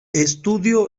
estudió